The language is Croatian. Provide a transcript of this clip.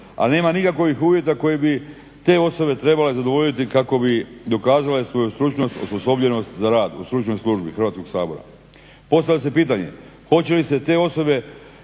a nema nikakvih uvjeta koji bi te osobe trebale zadovoljiti kako bi dokazale svoju stručnost, osposobljenost za rad u Stručnoj službi Hrvatskog sabora. Postavlja se pitanje hoće li se te osobe